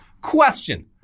Question